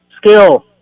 Skill